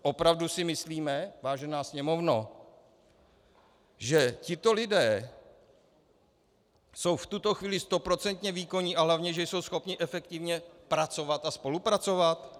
Opravdu si myslíme, vážená Sněmovno, že tito lidé jsou v tuto chvíli stoprocentně výkonní a hlavně že jsou schopni efektivně pracovat a spolupracovat?